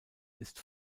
ist